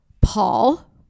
Paul